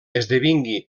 esdevingui